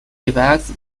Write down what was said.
effects